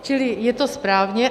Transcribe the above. Čili je to správně.